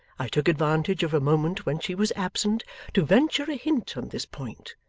i took advantage of a moment when she was absent to venture a hint on this point,